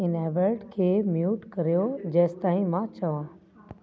enabled खे mute कयो जेसि ताईं मां चवां